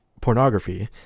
pornography